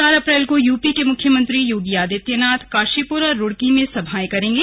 चार अप्रैल को यूपी के मुख्यमंत्री योगी आदित्यनाथ काशीपुर और रूड़की में सभाएं करेंगे